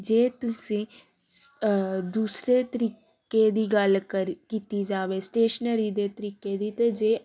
ਜੇ ਤੁਸੀਂ ਦੂਸਰੇ ਤਰੀਕੇ ਦੀ ਗੱਲ ਕਰ ਕੀਤੀ ਜਾਵੇ ਸਟੇਸ਼ਨਰੀ ਦੇ ਤਰੀਕੇ ਦੀ ਤਾਂ ਜੇ